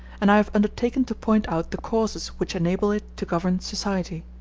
and i have undertaken to point out the causes which enable it to govern society.